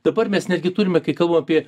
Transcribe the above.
dabar mes netgi turime kai kalbam apie